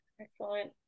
Excellent